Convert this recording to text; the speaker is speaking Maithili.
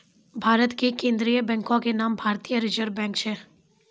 भारत के केन्द्रीय बैंको के नाम भारतीय रिजर्व बैंक छै